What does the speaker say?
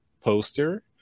poster